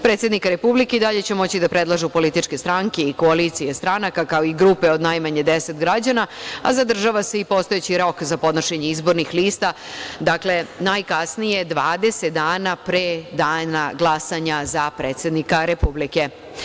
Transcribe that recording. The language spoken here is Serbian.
Predsednika Republike i dalje će moći da predlažu političke stranke i koalicije stranaka, kao i grupe od najmanje 10 građana, a zadržava i se i postojeći rok za podnošenje izbornih lista, dakle najkasnije 20 dana pre dana glasanja za predsednika Republike.